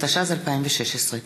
התשע"ז 2016,